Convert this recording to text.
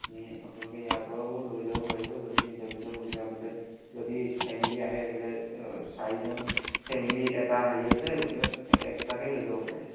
আপুনি আপোনালোকে ইয়াৰ পৰাও লৈ যাব পাৰিব যদি নিজৰ নিজৰ সুবিধামতে যদি ফেমিলি আহে বোলে চাৰিজন ফেমিলি এটা হেৰি আছে গতিকে এক্সট্ৰাকৈ লৈ যাব পাৰে